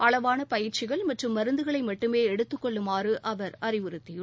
அளவாள பயிற்சிகள் மற்றும் மருந்துகளை மட்டுமே எடுத்துக் கொள்ளுமாறு அவர் அறிவுறுத்தியுள்ளார்